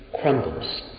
crumbles